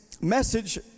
message